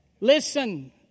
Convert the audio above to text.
Listen